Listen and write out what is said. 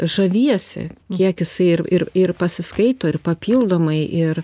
žaviesi kiek jisai ir ir ir pasiskaito ir papildomai ir